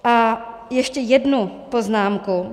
A ještě jednu poznámku.